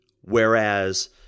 Whereas